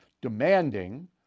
demanding